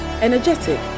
energetic